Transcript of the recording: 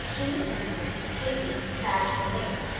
in this instance, davy, sad to relate,